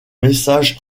message